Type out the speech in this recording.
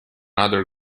other